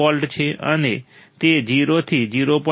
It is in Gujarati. અને તે 0 થી 0